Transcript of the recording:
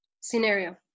scenario